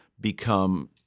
become